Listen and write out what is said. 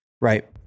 Right